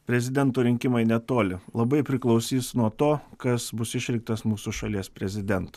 prezidento rinkimai netoli labai priklausys nuo to kas bus išrinktas mūsų šalies prezidentu